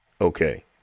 okay